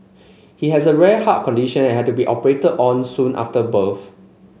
he has a rare heart condition and had to be operated on soon after birth